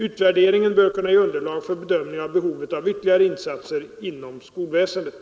Utvärderingen bör kunna ge underlag för bedömning av behovet av ytterligare insatser inom skolväsendet.